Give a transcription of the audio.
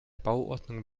bauordnung